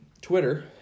Twitter